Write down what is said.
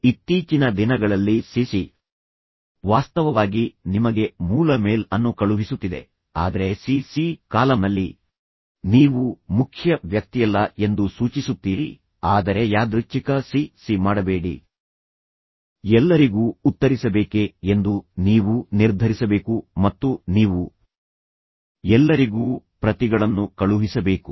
ಇತ್ತೀಚಿನ ದಿನಗಳಲ್ಲಿ C C ವಾಸ್ತವವಾಗಿ ನಿಮಗೆ ಮೂಲ ಮೇಲ್ ಅನ್ನು ಕಳುಹಿಸುತ್ತಿದೆ ಆದರೆ ಸಿ ಸಿ ಕಾಲಮ್ನಲ್ಲಿ ನೀವು ಮುಖ್ಯ ವ್ಯಕ್ತಿಯಲ್ಲ ಎಂದು ಸೂಚಿಸುತ್ತೀರಿ ಆದರೆ ಯಾದೃಚ್ಛಿಕ ಸಿ ಸಿ ಮಾಡಬೇಡಿ ಎಲ್ಲರಿಗೂ ಉತ್ತರಿಸಬೇಕೇ ಎಂದು ನೀವು ನಿರ್ಧರಿಸಬೇಕು ಮತ್ತು ನೀವು ಎಲ್ಲರಿಗೂ ಪ್ರತಿಗಳನ್ನು ಕಳುಹಿಸಬೇಕು